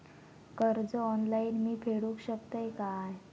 कर्ज ऑनलाइन मी फेडूक शकतय काय?